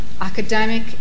academic